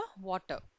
water